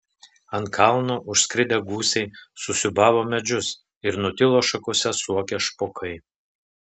ant kalno užskridę gūsiai susiūbavo medžius ir nutilo šakose suokę špokai